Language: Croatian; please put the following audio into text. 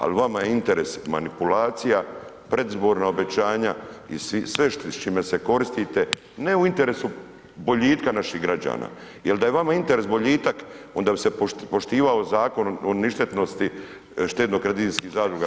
Ali vama je interes manipulacija, predizborna obećanja i sve s čime se koristite, ne u interesu boljitka naših građana jer da je vama interes boljitak, onda bi se poštivao Zakon o ništetnosti štedno-kreditnih zadruga,